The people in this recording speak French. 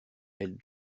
elle